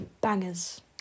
bangers